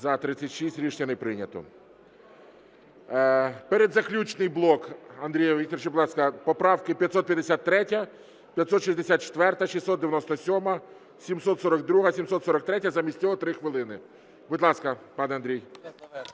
За-36 Рішення не прийнято. Передзаключний блок Андрія Вікторовича. Будь ласка, поправки 553, 564, 697, 742 і 743. Замість цього 3 хвилини. Будь ласка, пане Андрію.